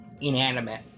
inanimate